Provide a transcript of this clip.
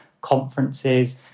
conferences